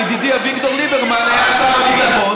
זו הייתה המדיניות בשעה שידידי אביגדור ליברמן היה שר הביטחון,